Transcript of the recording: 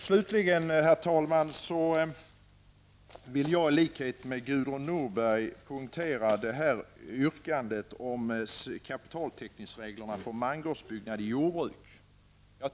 Slutligen, herr talman, vill jag i likhet med Gudrun Norberg poängtera yrkandet om kapitaltäckningsreglerna för mangårdsbyggnad i jordbruk.